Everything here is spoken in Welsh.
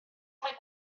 mae